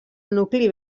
nucli